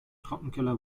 trockenkeller